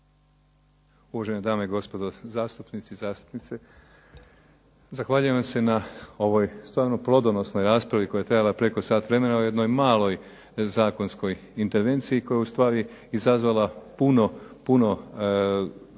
uvažene dame i gospodo zastupnici i zastupnice. Zahvaljujem vam se na ovoj stvarno plodonosnoj raspravi koja je trajala preko sat vremena o jednoj maloj zakonskoj intervenciji koja je u stvari izazvala puno, puno